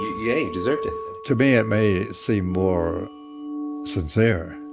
yeah, you deserved it to me, it may seem more sincere.